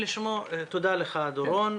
תודה לך, דורון.